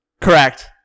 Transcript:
Correct